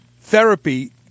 therapy